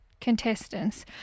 contestants